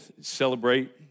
celebrate